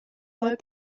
mal